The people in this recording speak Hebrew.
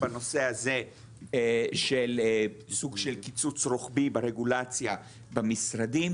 בנושא הזה של סוג של קיצוץ רוחבי ברגולציה במשרדים.